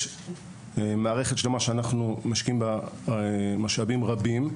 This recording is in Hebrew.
יש מערכת שלמה שאנחנו משקיעים בה משאבים רבים,